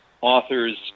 authors